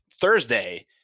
Thursday